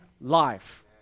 life